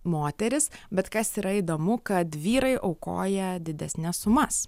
moterys bet kas yra įdomu kad vyrai aukoja didesnes sumas